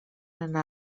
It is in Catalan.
anar